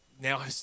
now